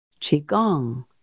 Qigong